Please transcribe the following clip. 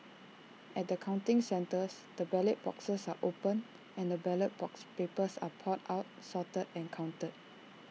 at the counting centres the ballot boxes are opened and the ballot papers are poured out sorted and counted